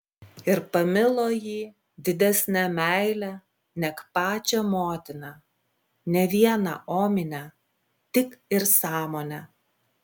ir pamilo jį didesne meile neg pačią motiną ne viena omine tik ir sąmone